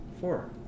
Four